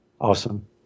Awesome